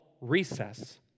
Recess